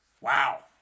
Wow